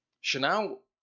chanel